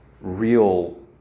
real